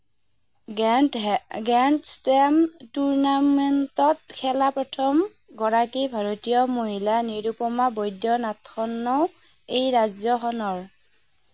grand হে grand ষ্টেম টুৰ্ণামেণ্টত খেলা প্ৰথমগৰাকী ভাৰতীয় মহিলা নিৰুপমা বৈদ্যনাথনো এই ৰাজ্যখনৰ